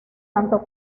tanto